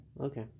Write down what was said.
Okay